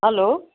hello